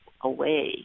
away